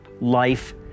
life